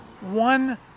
one